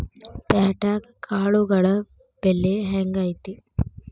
ಪ್ಯಾಟ್ಯಾಗ್ ಕಾಳುಗಳ ಬೆಲೆ ಹೆಂಗ್ ಐತಿ?